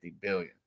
billion